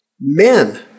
Men